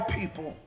people